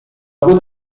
good